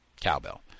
cowbell